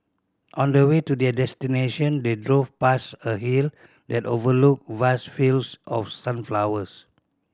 on their way to their destination they drove past a hill that overlooked vast fields of sunflowers